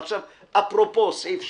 ועכשיו, אפרופו סעיף 17,